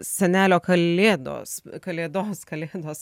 senelio kalėdos kalėdos kalėdos